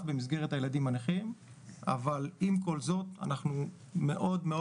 במסגרת הילדים הנכים אבל עם כל זאת אנחנו מאוד מאוד